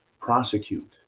prosecute